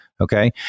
Okay